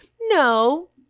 no